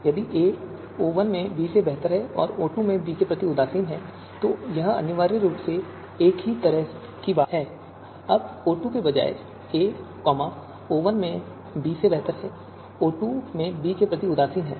यदि a O1 में b से बेहतर है और O2 में b के प्रति उदासीन है तो यह अनिवार्य रूप से एक ही तरह की बात है अब O2 के बजाय a O1 में b से बेहतर है और O2 में b के प्रति उदासीन है